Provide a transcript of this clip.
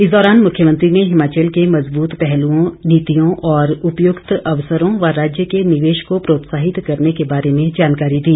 इस दौरान मुख्यमंत्री ने हिमाचल के मजबूत पहलुओं नीतियों और उपयुक्त अवसरों व राज्य के निवेश को प्रोत्साहित करने के बारे में जानकारी दी